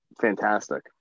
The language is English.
fantastic